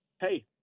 hey